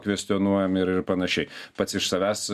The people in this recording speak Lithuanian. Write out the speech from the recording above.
kvestionuojami ir panašiai pats iš savęs